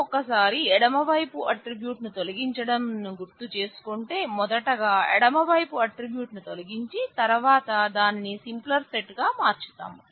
మనం ఒక్క సారి ఎడమ వైపు ఆట్రిబ్యూట్ను తొలగించడంను గుర్తు చేసుకుంటే మొదటగా ఎడమ వైపు ఆట్రిబ్యూట్ ను తొలగించి తర్వాత దానిని సింప్లర్ సెట్ గా మార్చుతాం